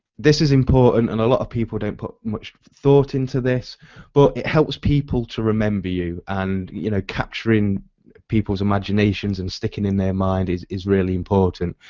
this is important and a lot of people don't put much thought into this but it helps people to remember you and you know capturing people's imaginations and sticking in their minds is is really important.